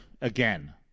again